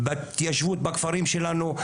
בהתיישבות בכפרים שלנו,